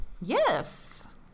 yes